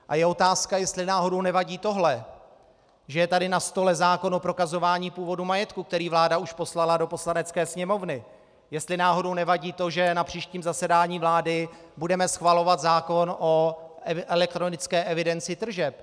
A je otázka, jestli náhodou nevadí tohle, že je tady na stole zákon o prokazování původu majetku, který vláda už poslala do Poslanecké sněmovny, jestli náhodou nevadí to, že na příštím zasedání vlády budeme schvalovat zákon o elektronické evidenci tržeb.